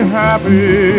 happy